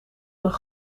een